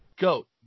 GOAT